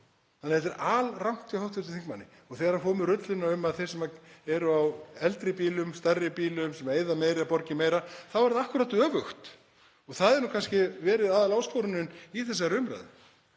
Þannig að þetta er alrangt hjá hv. þingmanni. Og þegar hann fór með rulluna um að þeir sem eru á eldri bílum, stærri bílum sem eyða meira borgi meira, þá er það akkúrat öfugt. Það hefur nú kannski verið aðaláskorunin í þessari umræðu